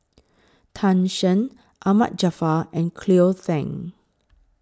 Tan Shen Ahmad Jaafar and Cleo Thang